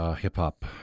hip-hop